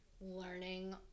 learning